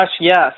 yes